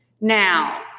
Now